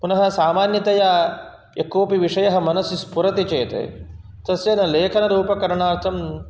पुनः सामान्यतया यः कोपि विषयः मनसि स्फुरति चेत् तस्य लेखनरूपकरणार्थं